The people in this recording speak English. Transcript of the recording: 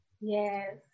yes